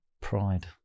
pride